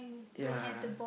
yeah